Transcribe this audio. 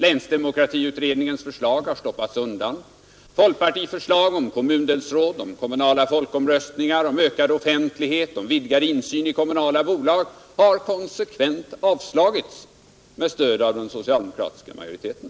Länsdemokratiutredningens förslag har stoppats undan. Folkpartiförslag om kommundelsråd, om kommunala folkomröstningar, om ökad offentlighet, om vidgad insyn i kommunala bolag har konsekvent avstyrkts av den socialdemokratiska majoriteten.